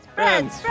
friends